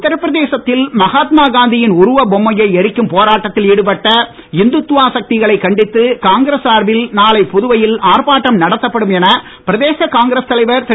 உத்திர பிரதேசத்தில் மகாத்மா காந்தியின் உருவ பொம்மையை எரிக்கும் போராட்டத்தில் ஈடுபட்ட இந்துத்வா சக்திகளை கண்டித்து காங்கிரஸ் சார்பில் நாளை புதுவையில் ஆர்ப்பாட்டம் நடத்தப்படும் என பிரதேச காங்கிரஸ் தலைவர் திரு